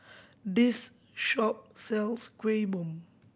this shop sells Kuih Bom